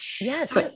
Yes